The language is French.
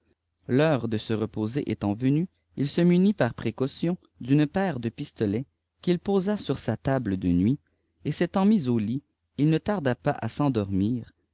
l'heure de se reposer étant venue il se munit par précaution d'une paire de pistolets qu'il posa sur sa table de nuit et s'étant mis au lit il ne tarda pas à s'endorrtiir